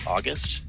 August